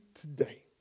today